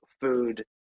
food